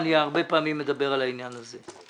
אני הרבה פעמים מדבר על העניין הזה.